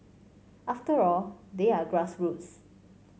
after all they are grassroots